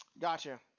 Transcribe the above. Gotcha